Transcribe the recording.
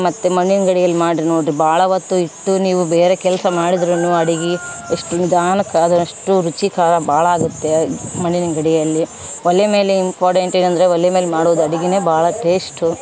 ಮತ್ತು ಮಣ್ಣಿನ ಗಡಿಗೆಯಲ್ಲಿ ಮಾಡ್ರಿ ನೋಡ್ರಿ ಭಾಳ ಹೊತ್ತು ಇಟ್ಟು ನೀವು ಬೇರೆ ಕೆಲಸ ಮಾಡಿದ್ರು ಅಡಿಗೆ ಎಷ್ಟು ನಿಧಾನಕ್ಕಾಗರಷ್ಟು ರುಚಿಕರ ಭಾಳ ಆಗುತ್ತೆ ಮಣ್ಣಿನ ಗಡಿಗೆಯಲ್ಲಿ ಒಲೆ ಮೇಲೆ ಇಂಪೊಡೆಂಟ್ ಏನಂದರೆ ಒಲೆ ಮೇಲೆ ಮಾಡೋದು ಅಡಿಗೆ ಭಾಳ ಟೇಸ್ಟು